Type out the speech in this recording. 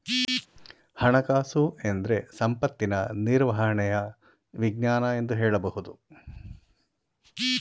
ಹಣಕಾಸುಎಂದ್ರೆ ಸಂಪತ್ತಿನ ನಿರ್ವಹಣೆಯ ವಿಜ್ಞಾನ ಎಂದು ಹೇಳಬಹುದು